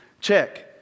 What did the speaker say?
check